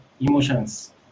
emotions